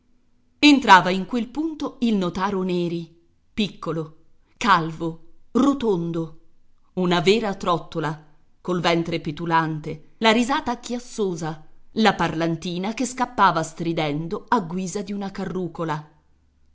entrava in quel punto il notaro neri piccolo calvo rotondo una vera trottola col ventre petulante la risata chiassosa la parlantina che scappava stridendo a guisa di una carrucola